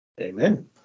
amen